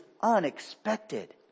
unexpected